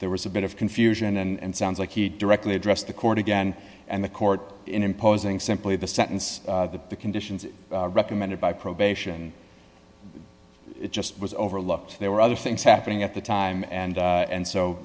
there was a bit of confusion and sounds like he directly addressed the court again and the court in imposing simply the sentence that the conditions recommended by probation it just was over looked there were other things happening at the time and and so